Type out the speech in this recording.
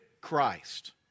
Christ